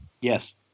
Yes